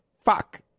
Fuck